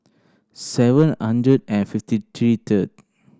seven hundred and fifty three third